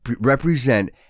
represent